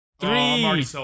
Three